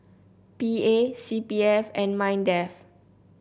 P A C P F and Mindef